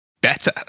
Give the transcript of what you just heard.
better